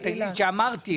מגיע למעלות או למקומות אחרים,